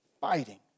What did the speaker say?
fighting